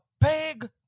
big